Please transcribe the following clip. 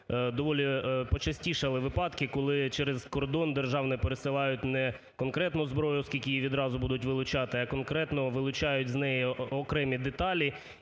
доволі почастішали випадки, коли через кордон державний пересилають не конкретну зброю, оскільки її відразу будуть вилучати, а конкретно вилучають з неї окремі деталі